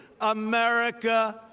America